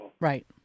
right